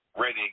ready